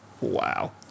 Wow